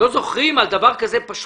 לא זוכרים על דבר כזה פשוט?